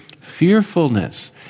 Fearfulness